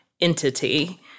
entity